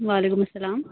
و علیکم السّلام